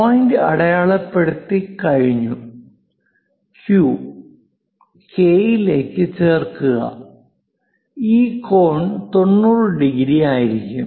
point അടയാളപ്പെടുത്തി കഴിഞ്ഞു Q K യിലേക്ക് ചേർക്കുക ഈ കോൺ 90 ഡിഗ്രി ആയിരിക്കും